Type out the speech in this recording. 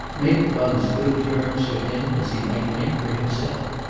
make about as good terms for him as he might make for himself.